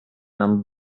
nam